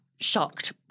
shocked